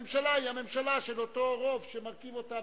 הממשלה היא הממשלה של אותו רוב שמרכיב אותה